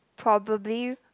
probably